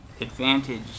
advantage